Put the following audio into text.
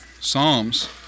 Psalms